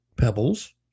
pebbles